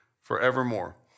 forevermore